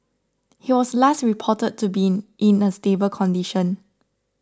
he was last reported to be in a stable condition